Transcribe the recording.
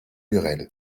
lurel